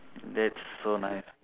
that's so nice